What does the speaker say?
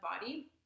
body